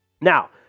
Now